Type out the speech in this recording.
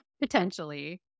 potentially